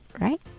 right